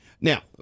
Now